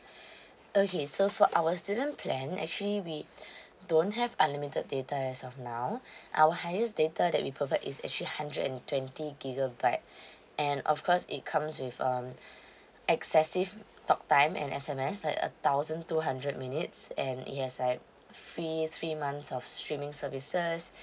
okay so for our student plan actually we don't have unlimited data as of now our highest data that we provide is actually hundred and twenty gigabytes and of course it comes with um excessive talk time and S_M_S like a thousand two hundred minutes and it has like free three months of streaming services